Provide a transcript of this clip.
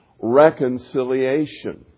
reconciliation